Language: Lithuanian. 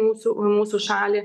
mūsų mūsų šalį